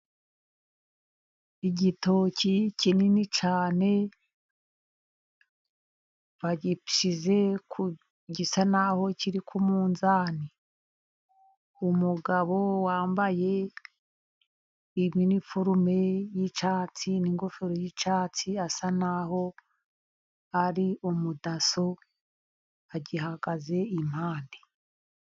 Igitoki kinini cyane bagishyize ku, gisa naho kiri ku munzani. Umugabo wambaye iniforume y'icyatsi n'ingofero y'icyatsi asa naho ari umudaso agihagaze impande.